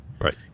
right